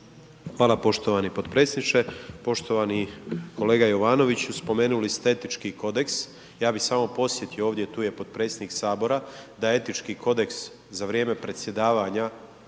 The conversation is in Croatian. Hvala poštovani potpredsjedniče. Poštovani kolega Jovanoviću, spomenuli ste etički kodeks, ja bi samo podsjetio ovdje, tu je potpredsjednik Sabora da je etički kodeks za vrijeme predsjedavanja